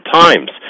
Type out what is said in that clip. times